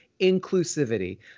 inclusivity